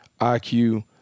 IQ